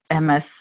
MS